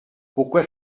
pourquoi